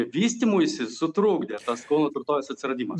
vystymuisi sutrukdė tas kauno tvirtovės atsiradimas